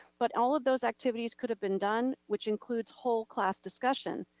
but all of those activities could have been done, which includes whole class discussion,